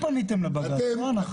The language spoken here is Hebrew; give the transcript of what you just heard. אתם פניתם לבג"ץ, לא אנחנו.